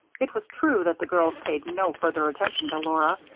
it was true that the girls paid no further attention to laura,